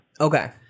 okay